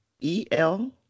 E-L